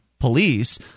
police